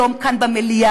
היום כאן במליאה.